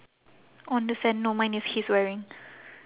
on the sand no mine is he's wearing